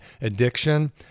addiction